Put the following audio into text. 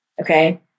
okay